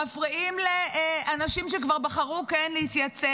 מפריעים לאנשים שכבר בחרו כן להתייצב